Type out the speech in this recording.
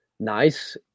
Nice